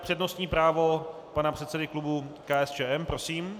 Přednostní právo pana předsedy klubu KSČM, prosím.